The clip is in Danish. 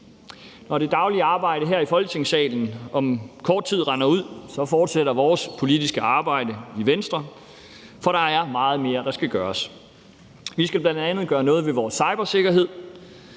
Når det daglige arbejde her i Folketingssalen om kort tid rinder ud, fortsætter vores politiske arbejde i Venstre, for der er meget mere, der skal gøres. Vi skal bl.a. gøre noget ved vores cybersikkerhed,